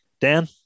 Dan